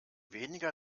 weniger